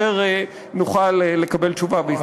שבו נוכל לקבל תשובה בהזדמנות אחרת.